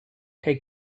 take